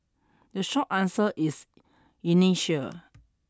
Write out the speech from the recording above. the short answer is inertia